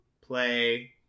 play